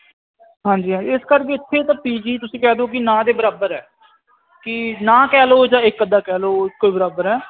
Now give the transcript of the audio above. ਹਾਂਜੀ ਇਸ ਕਰਕੇ ਤਾਂ ਪੀਜੀ ਤੁਸੀਂ ਕਹਿ ਦਿਓ ਕਿ ਨਾ ਦੇ ਬਰਾਬਰ ਹੈ ਕਿ ਨਾ ਕਹਿ ਲਓ ਜਾਂ ਇੱਕ ਅੱਧਾ ਕਹਿ ਲਓ ਇੱਕੋ ਬਰਾਬਰ ਹੈ